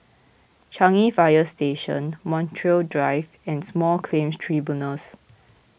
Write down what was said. Changi Fire Station Montreal Drive and Small Claims Tribunals